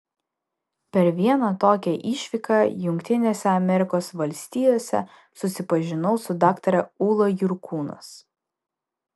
per vieną tokią išvyką jungtinėse amerikos valstijose susipažinau su daktare ūla jurkūnas